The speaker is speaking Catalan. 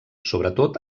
sobretot